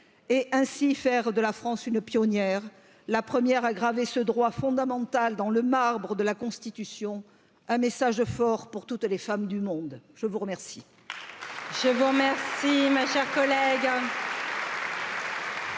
et ainsi faire de la France une pionnière la 1ʳᵉ a gravé ce droit fondamental dans le marbre de la Constitution un message fort pour toutes les femmes du monde. Je vous remercie.